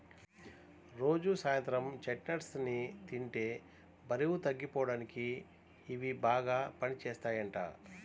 రోజూ సాయంత్రం చెస్ట్నట్స్ ని తింటే బరువు తగ్గిపోడానికి ఇయ్యి బాగా పనిజేత్తయ్యంట